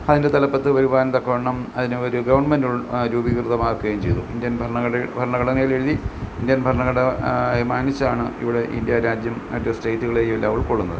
അതിൻ്റെ തലപ്പത്ത് വരുവാൻ തക്കവണ്ണം അതിന് ഒരു ഗവൺമെൻ്റ് രൂപീകൃതമാക്കുകയും ചെയ്തു ഇന്ത്യൻ ഭരണഘടന ഭരണഘടനയിൽ എഴുതി ഇന്ത്യൻ ഭരണഘടന മാനിച്ചാണ് ഇവിടെ ഇന്ത്യാ രാജ്യം മറ്റ് സ്റ്റേറ്റുകളെയുമെല്ലാം ഉൾക്കൊള്ളുന്നത്